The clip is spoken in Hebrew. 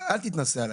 אל תתנשא עלי.